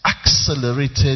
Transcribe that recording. accelerated